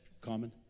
common